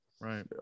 right